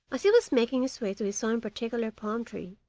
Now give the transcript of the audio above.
as he was making his way to his own particular palm-tree,